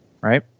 right